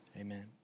Amen